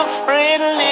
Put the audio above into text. friendly